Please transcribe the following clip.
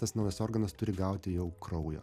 tas naujas organas turi gauti jau kraujo